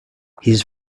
his